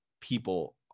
people